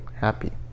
happy